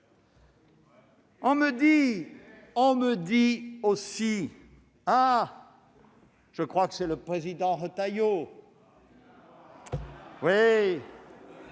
On me dit aussi- je crois que c'est le président Retailleau -